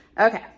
okay